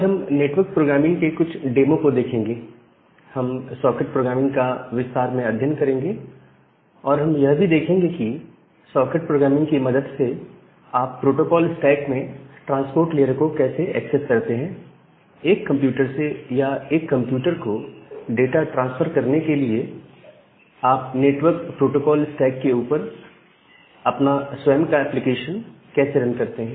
आज हम network programming के कुछ डेमो को देखेंगे हम सॉकेट प्रोग्रामिंग का विस्तार में अध्ययन करेंगे और हम यह भी देखेंगे कि यह सॉकेट प्रोग्रामिंग की मदद से आप प्रोटोकोल स्टैक में ट्रांसपोर्ट लेयर को कैसे एक्सेस करते हैं एक कंप्यूटर से या एक कंप्यूटर को डाटा ट्रांसफर करने के लिए आप नेटवर्क प्रोटोकोल स्टैक के ऊपर आप अपना स्वयं का एप्लीकेशन कैसे रन कर सकते हैं